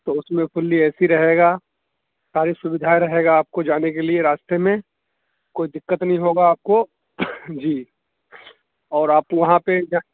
تو اس میں فلی اے سی رہے گا ساری سودھا رہے گا آپ کو جانے کے لیے راستے میں کوئی دکت نہیں ہوگا آپ کو جی اور آپ وہاں پہ